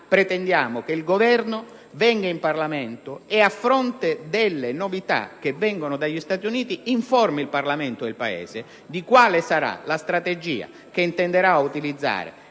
pretendiamo che il Governo venga in Parlamento e, a fronte delle novità che vengono dagli Stati Uniti, informi il Parlamento ed il Paese di quale sarà la strategia che intenderà utilizzare